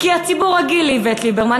כי הציבור רגיל לאיווט ליברמן,